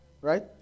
right